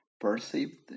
perceived